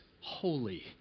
holy